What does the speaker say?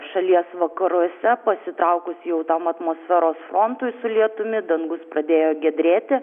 šalies vakaruose pasitraukus jau tam atmosferos frontui su lietumi dangus pradėjo giedrėti